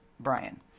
Brian